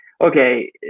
okay